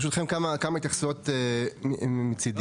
ברשותכם, כמה התייחסויות מצדי.